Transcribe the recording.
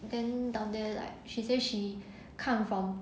then down there like she say she 看 from